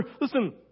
listen